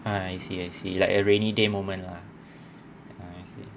I see I see like a rainy day moment lah I see